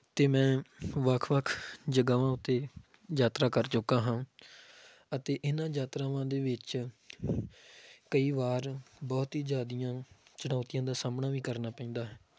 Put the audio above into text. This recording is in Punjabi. ਅਤੇ ਮੈਂ ਵੱਖ ਵੱਖ ਜਗਾਵਾਂ ਉੱਤੇ ਯਾਤਰਾ ਕਰ ਚੁੱਕਾ ਹਾਂ ਅਤੇ ਇਹਨਾਂ ਯਾਤਰਾਵਾਂ ਦੇ ਵਿੱਚ ਕਈ ਵਾਰ ਬਹੁਤ ਹੀ ਜ਼ਿਆਦੀਆਂ ਚੁਣੌਤੀਆਂ ਦਾ ਸਾਹਮਣਾ ਵੀ ਕਰਨਾ ਪੈਂਦਾ ਹੈ